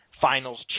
finals